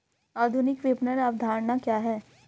आधुनिक विपणन अवधारणा क्या है?